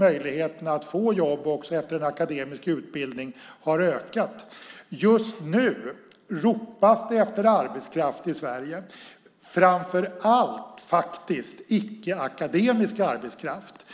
Möjligheterna att få jobb efter en akademisk utbildning har ökat. Just nu ropas det efter arbetskraft i Sverige, framför allt icke-akademisk arbetskraft.